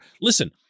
Listen